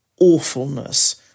awfulness